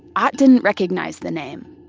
ott didn't recognize the name.